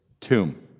tomb